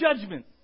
judgment